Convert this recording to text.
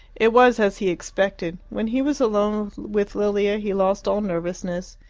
it was as he expected. when he was alone with lilia he lost all nervousness.